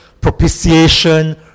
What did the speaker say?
propitiation